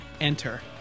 enter